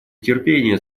терпение